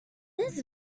his